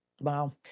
wow